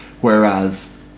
whereas